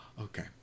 okay